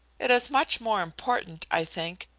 it is much more important, i think,